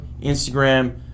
Instagram